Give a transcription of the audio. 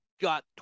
got